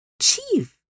chief